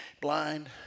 Blind